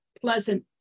pleasant